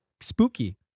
spooky